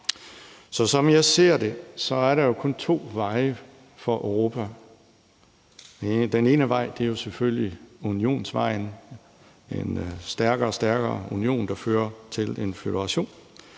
Som jeg ser det, er der kun to veje for Europa. Den ene vej er selvfølgelig unionvejen med en stærkere og stærkere union, der fører til en føderation.